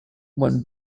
when